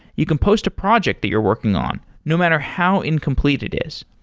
you can post a project that you're working on no matter how incomplete it is.